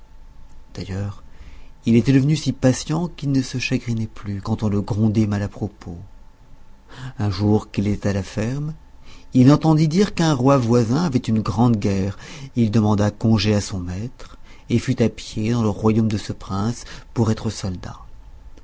d'ailleurs il était devenu si patient qu'il ne se chagrinait plus quand on le grondait mal à propos un jour qu'il était à la ferme il entendit dire qu'un roi voisin avait une grande guerre il demanda congé à son maître et fut à pied dans le royaume de ce prince pour être soldat